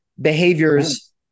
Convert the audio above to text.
behaviors